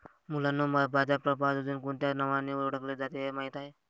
मुलांनो बाजार प्रभाव अजुन कोणत्या नावाने ओढकले जाते हे माहित आहे?